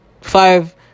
five